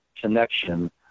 connection